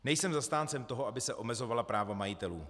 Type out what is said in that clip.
Nejsem zastáncem toho, aby se omezovala práva majitelů.